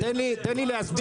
תן לי להסביר.